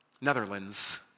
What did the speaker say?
Netherlands